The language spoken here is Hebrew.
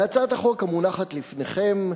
בהצעת החוק המונחת לפניכם,